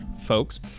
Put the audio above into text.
folks